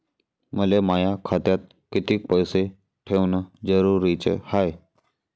मले माया खात्यात कितीक पैसे ठेवण जरुरीच हाय?